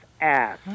ass